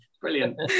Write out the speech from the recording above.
Brilliant